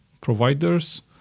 providers